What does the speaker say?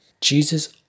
Jesus